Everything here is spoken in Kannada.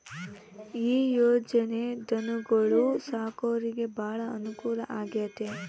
ಈ ಯೊಜನೆ ಧನುಗೊಳು ಸಾಕೊರಿಗೆ ಬಾಳ ಅನುಕೂಲ ಆಗ್ಯತೆ